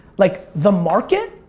like the market